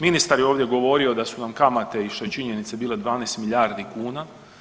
Ministar je ovdje govorio da su nam kamate i što je činjenica bile 12 milijardi kuna.